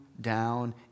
down